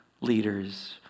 leaders